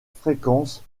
fréquence